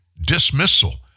dismissal